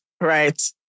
right